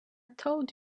told